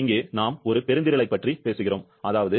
இங்கே நாம் ஒரு பெருந்திறளைப் பற்றி பேசுகிறோம் அதாவது